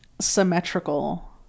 symmetrical